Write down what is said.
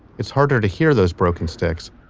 it's harder to hear those broken sticks